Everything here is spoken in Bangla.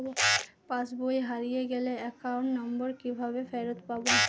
পাসবই হারিয়ে গেলে অ্যাকাউন্ট নম্বর কিভাবে ফেরত পাব?